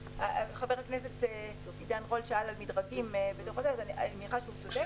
חבר הכנסת עידן רול שאל על מדרגים נראה שהוא צודק.